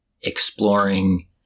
exploring